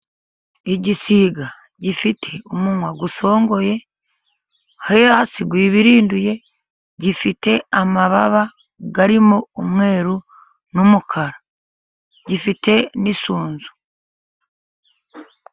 Igisiga gifite umunwa usongoye hasi wibirinduye, gifite amababa arimo umweru n'umukara. Gifite n'isunzu.